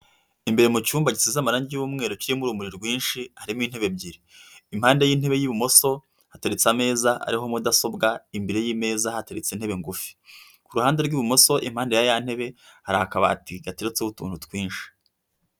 Imbere mu cyumba gisize amarange y'umweru kirimo urumuri rwinshi, harimo intebe ebyiri impande y'intebe y'ibumoso hateretse ameza ariho mudasobwa imbere y'imeza hateretse intebe ngufi, kuru ruhande rw'ibumoso impande ya ya ntebe hari akabati gateretseho utuntu twinshi.